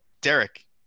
Derek